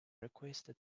requested